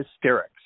hysterics